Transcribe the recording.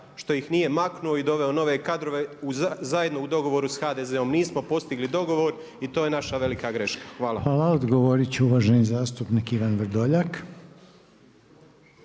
što ih nije maknuo i doveo nove kadrove zajedno u dogovoru sa HDZ-om, nismo postigli dogovor i to je naša velika greška. Hvala. **Reiner, Željko (HDZ)** Hvala. Odgovoriti će uvaženi zastupnik Ivan Vrdoljak.